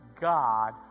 God